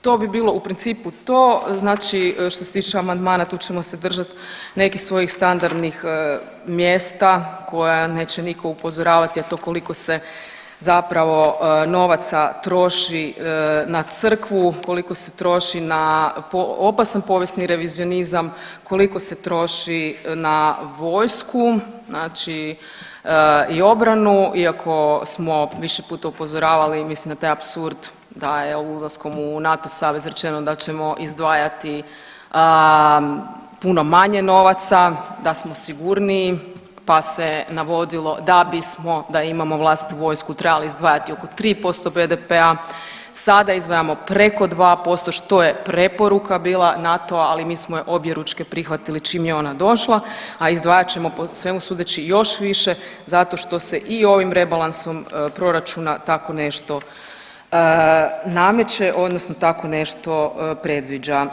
To bi bilo u principu to, znači što se tiče amandmana, tu ćemo se držati nekih svojih standardnih mjesta koja neće nitko upozoravati, a to je koliko se zapravo novaca troši na Crkvu, koliko se troši na opasan povijesni revizionizam, koliko se troši na vojsku, znači i obranu iako smo više puta upozoravali, mislim da je taj apsurd da je ulaskom u NATO savez rečeno da ćemo izdvajati puno manje novaca, da smo sigurniji pa se navodilo da bismo da imamo vlastitu vojsku trebali izdvajati oko 3% BDP-a, sada izdvajamo preko 2%, što je preporuka bila NATO-a, ali mi smo je objeručke prihvatili čim je ona došla, a izdvajat ćemo po svemu sudeći još više zato što se i ovim rebalansom proračuna tako nešto nameće, odnosno tako nešto predviđa.